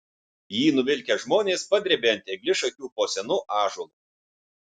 jį nuvilkę žmonės padrėbė ant eglišakių po senu ąžuolu